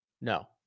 no